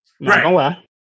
Right